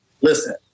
listen